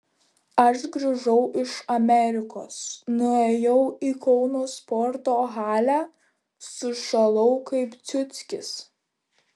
aš grįžau iš amerikos nuėjau į kauno sporto halę sušalau kaip ciuckis